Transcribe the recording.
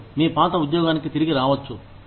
మీరు మీ పాత ఉద్యోగానికి తిరిగి రావచ్చు